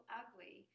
ugly